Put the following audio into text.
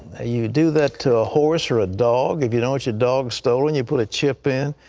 ah you do that to a horse or a dog. if you don't want your dog stolen, you put a chip in.